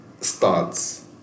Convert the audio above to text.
starts